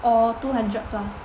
or two hundred plus